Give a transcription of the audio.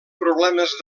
problemes